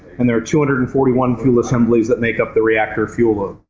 and there are two hundred and forty one fuel assemblies that make up the reactor fuel load.